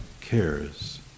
cares